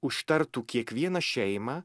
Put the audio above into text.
užtartų kiekvieną šeimą